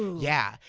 yeah.